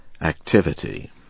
activity